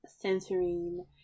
centering